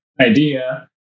idea